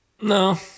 No